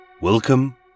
Welcome